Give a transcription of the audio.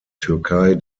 türkei